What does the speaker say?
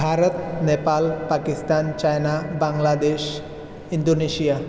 Bharat Nepal Pakistan China Bangladesh Indonesia